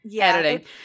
editing